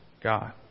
God